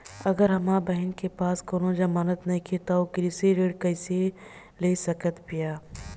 अगर हमार बहिन के पास कउनों जमानत नइखें त उ कृषि ऋण कइसे ले सकत बिया?